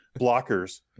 Blockers